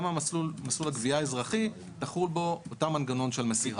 גם במסלול הגבייה האזרחי יחול אותו מנגנון של מסירה.